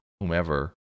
whomever